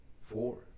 Four